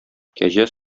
кәҗә